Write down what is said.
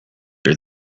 her